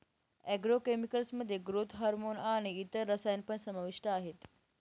agro chemicals मध्ये growth hormone आणि इतर रसायन पण समाविष्ट आहेत